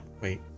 wait